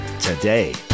today